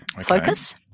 focus